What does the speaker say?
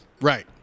right